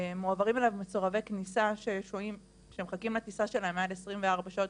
מועברים אליו מסורבי כניסה שמחכים לטיסה שלהם מעל 24 שעות,